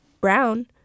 brown